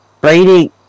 Brady